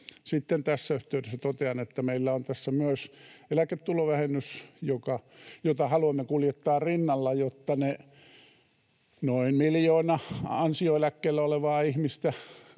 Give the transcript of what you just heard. Sitten tässä yhteydessä totean, että meillä on tässä myös eläketulovähennys, jota haluamme kuljettaa rinnalla, jotta ne noin miljoona ansioeläkkeellä olevaa ihmistä